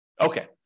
Okay